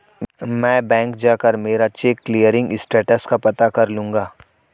मैं बैंक जाकर मेरा चेक क्लियरिंग स्टेटस का पता कर लूँगा